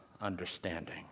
understanding